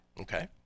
Okay